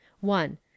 one